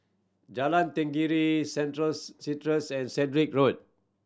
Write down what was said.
Jalan Tenggiri Centrals Centrals and Road